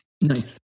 Nice